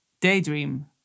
Daydream